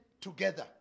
together